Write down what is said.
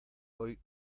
hoy